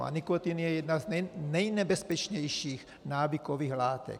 A nikotin je jedna z nejnebezpečnějších návykových látek.